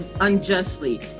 unjustly